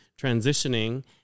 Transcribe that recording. transitioning